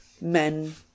men